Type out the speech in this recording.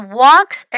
walks